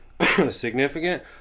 Significant